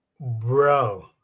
bro